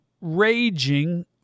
raging